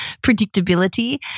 predictability